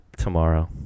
tomorrow